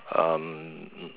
um